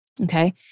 Okay